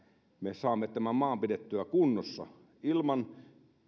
me saamme tämän maan pidettyä kunnossa